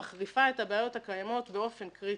מחריפה את הבעיות הקיימות באופן קריטי.